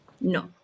No